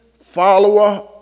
follower